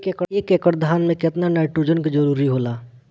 एक एकड़ धान मे केतना नाइट्रोजन के जरूरी होला?